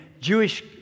Jewish